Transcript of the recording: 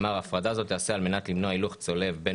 ההפרדה הזאת תיעשה על מנת למנוע הילוך צולב בין